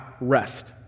rest